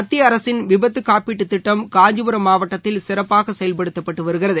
மத்திய அரசின் விபத்து காப்பீட்டு திட்டம் காஞ்சிபுரம் மாவட்டத்தில் சிறப்பாக செயல்படுத்தப்பட்டு வருகிறது